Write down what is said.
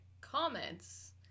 comments